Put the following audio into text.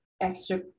extra